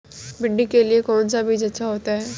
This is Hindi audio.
भिंडी के लिए कौन सा बीज अच्छा होता है?